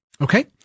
Okay